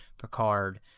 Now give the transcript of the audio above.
Picard